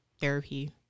therapy